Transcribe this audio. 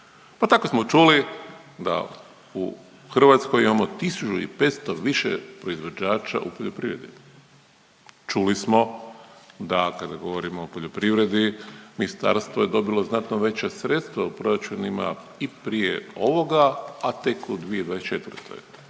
pa tako smo čuli da u Hrvatskoj imamo 1.500 više proizvođača u poljoprivredi, čuli smo da kada govorimo o poljoprivredi ministarstvo je dobilo znatno veća sredstva u proračunu ima i prije ovoga, a tek u 2024.,